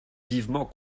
vivement